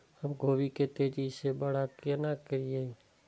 हम गोभी के तेजी से बड़ा केना करिए?